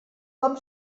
com